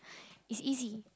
is easy